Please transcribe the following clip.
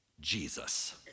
Jesus